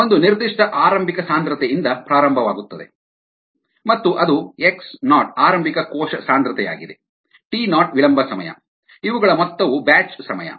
ಒಂದು ನಿರ್ದಿಷ್ಟ ಆರಂಭಿಕ ಸಾಂದ್ರತೆಯಿಂದ ಪ್ರಾರಂಭವಾಗುತ್ತದೆ ಮತ್ತು ಅದು 1ln xx0t0t x0 ಆರಂಭಿಕ ಕೋಶ ಸಾಂದ್ರತೆಯಾಗಿದೆ t0 ವಿಳಂಬ ಸಮಯ ಇವುಗಳ ಮೊತ್ತವು ಬ್ಯಾಚ್ ಸಮಯ